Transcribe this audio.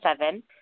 seven